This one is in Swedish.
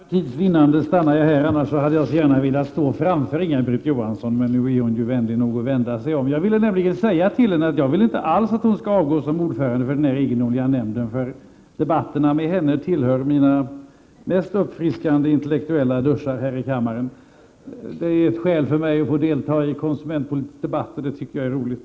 Fru talman! För tids vinnande stannar jag i min bänk, annars hade jag så gärna velat stå framför Inga-Britt Johansson. Nu är hon emellertid vänlig nog att vända sig om. Jag vill nämligen säga till henne att jag inte alls vill att hon skall avgå som ordförande för den här egendomliga nämnden. Debatterna med henne tillhör mina mest uppfriskande intellektuella duschar här i kammaren. Det är ett skäl för mig att delta i konsumentpolitiska debatter, och det tycker jag är roligt.